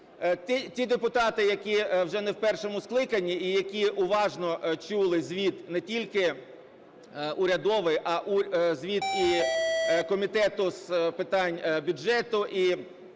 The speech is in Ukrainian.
Ті депутати, які вже не в першому скликанні і які уважно чули звіт не тільки урядовий, а звіт і Комітету з питань бюджету